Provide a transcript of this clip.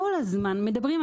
כל הזמן מדברים,